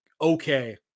okay